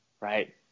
right